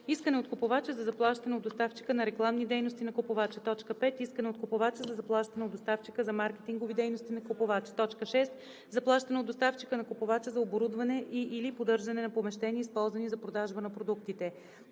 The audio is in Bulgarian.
искане от купувача за заплащане от доставчика на рекламни дейности на купувача; 5. искане от купувача за заплащане от доставчика за маркетингови дейности на купувача; 6. заплащане от доставчика на купувача за оборудване и/или поддържане на помещения, използвани за продажбата на продуктите;